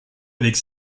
avec